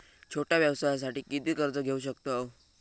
छोट्या व्यवसायासाठी किती कर्ज घेऊ शकतव?